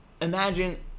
imagine